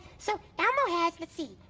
so elmo has, let's see.